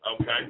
Okay